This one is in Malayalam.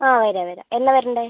ആ വരാം വരാം എന്നാ വരണ്ടത്